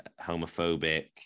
homophobic